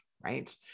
right